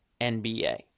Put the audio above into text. NBA